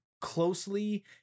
closely